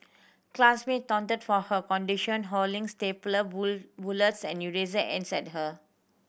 classmate taunted for her condition hurling stapler bullets and eraser ends at her